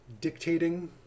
dictating